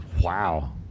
wow